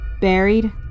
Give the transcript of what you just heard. buried